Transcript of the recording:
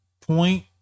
point